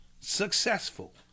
successful